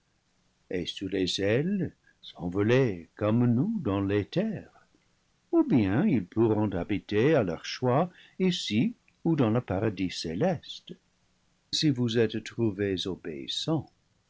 et sur des ailes s'envoler comme nous dans l'éther où bien ils pourront habiter à leur choix ici ou dans le paradis cé cé si vous êtes trouvés obéissants